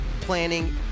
planning